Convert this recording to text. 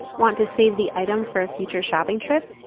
want to save the item for a future shopping trip?